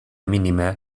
mínima